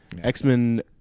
X-Men